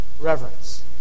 reverence